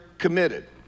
Committed